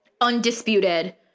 undisputed